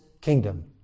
kingdom